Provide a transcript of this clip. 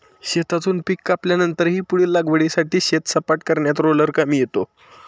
शेतातून पीक कापल्यानंतरही पुढील लागवडीसाठी शेत सपाट करण्यात रोलर कामी येतो